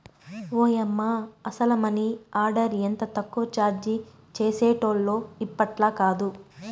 ఓయమ్మ, అసల money order ఎంత తక్కువ చార్జీ చేసేటోల్లో ఇప్పట్లాకాదు